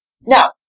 Now